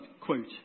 quote